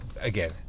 Again